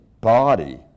body